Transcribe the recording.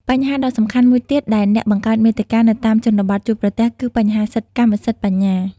បញ្ហាដ៏សំខាន់មួយទៀតដែលអ្នកបង្កើតមាតិកានៅតាមជនបទជួបប្រទះគឺ បញ្ហាសិទ្ធិកម្មសិទ្ធិបញ្ញា។